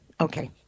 Okay